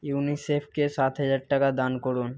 you নিসেফকে সাত হাজার টাকা দান করুন